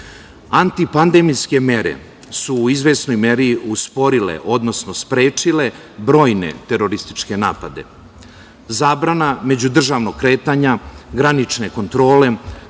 Antipandemijske mere su u izvesnoj meri usporile odnosno sprečile brojne terorističke napade. Zabrana međudržavnog kretanja, granične kontrole,